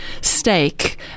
steak